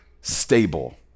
stable